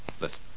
Listen